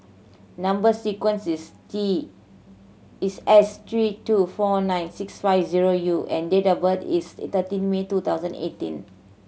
number sequence is T is S three two four nine six five zero U and date of birth is thirteen May two thousand eighteen